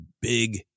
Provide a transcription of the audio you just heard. big